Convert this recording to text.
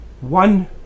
one